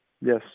Yes